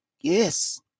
Yes